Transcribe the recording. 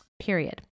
period